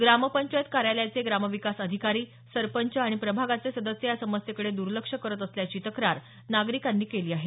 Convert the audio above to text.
ग्रामपंचायत कार्यालयाचे ग्रामविकास अधिकारी सरपंच आणि प्रभागाचे सदस्य या समस्येकडे द्र्लक्ष करत असल्याची तक्रार नागरिकांनी केली आहे